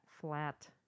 Flat